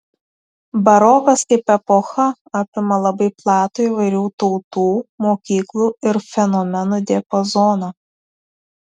barokas kaip epocha apima labai platų įvairių tautų mokyklų ir fenomenų diapazoną